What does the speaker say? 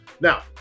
Now